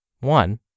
One